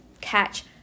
catch